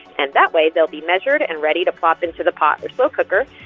and that way they'll be measured and ready to pop into the pot or slow cooker.